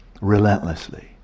relentlessly